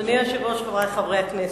אדוני היושב-ראש, חברי חברי הכנסת,